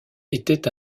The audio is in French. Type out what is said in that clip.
était